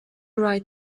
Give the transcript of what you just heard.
write